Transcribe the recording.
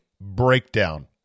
breakdown